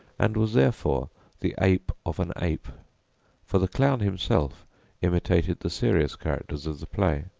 and was therefore the ape of an ape for the clown himself imitated the serious characters of the play.